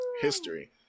history